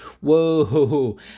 Whoa